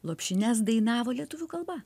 lopšines dainavo lietuvių kalba